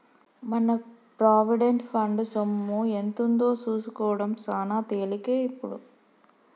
మన provident fund సొమ్ము ఎంతుందో సూసుకోడం సాన తేలికే ఇప్పుడు